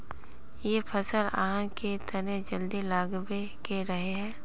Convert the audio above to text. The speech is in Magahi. इ फसल आहाँ के तने जल्दी लागबे के रहे रे?